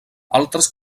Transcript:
altres